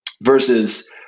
versus